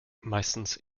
meistens